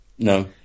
no